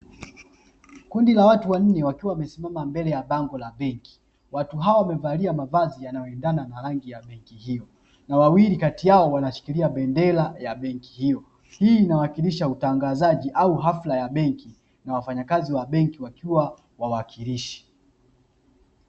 Kundi la watu wanne wakiwa wamesimama mbele ya bango la benki, watu hao wamevalia mavazi yanayoendana na benki hiyo na wawili kati yao wanashikilia bendera ya benki hiyo. Hii inaashiria utangazaji au hafla ya benki na wafanyakazi wa benki wakiwa wawakilishi.